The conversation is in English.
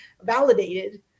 validated